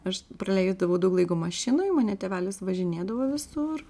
aš praleisdavau daug laiko mašinoj mane tėvelis važinėdavo visur